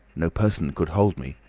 no person could hold me.